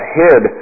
hid